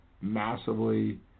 massively